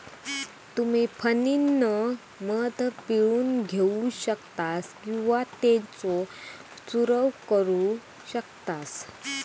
तुम्ही फणीनं मध पिळून घेऊ शकतास किंवा त्येचो चूरव करू शकतास